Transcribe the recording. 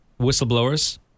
Whistleblowers